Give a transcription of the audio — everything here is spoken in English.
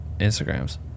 Instagrams